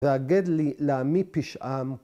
‫והגד לי לעמי פשעם